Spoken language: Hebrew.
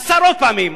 עשרות פעמים,